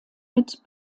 mit